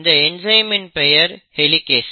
இந்த என்சைமின் பெயர் ஹெலிகேஸ்